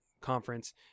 conference